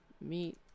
Meet